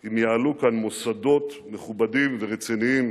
אם יעלו כאן מוסדות מכובדים ורציניים